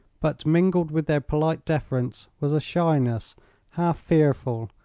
but mingled with their polite deference was a shyness half fearful,